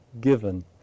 given